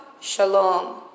Shalom